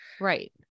Right